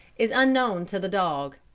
is unknown to the dog.